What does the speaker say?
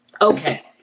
okay